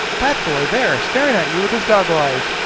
that boy, there, staring at you with his goggle-eyes.